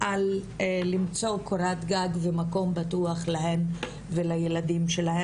על למצוא קורת גג ומקום בטוח להן ולילדים שלן.